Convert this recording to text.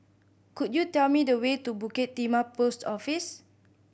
could you tell me the way to Bukit Timah Post Office